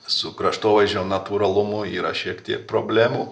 su kraštovaizdžio natūralumu yra šiek tiek problemų